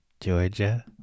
Georgia